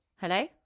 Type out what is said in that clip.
Hello